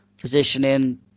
positioning